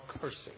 cursing